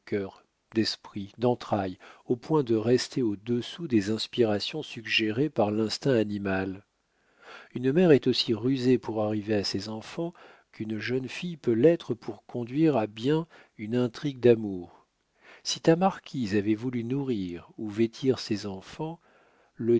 manqué de cœur d'esprit d'entrailles au point de rester au-dessous des inspirations suggérées par l'instinct animal une mère est aussi rusée pour arriver à ses enfants qu'une jeune fille peut l'être pour conduire à bien une intrigue d'amour si ta marquise avait voulu nourrir ou vêtir ses enfants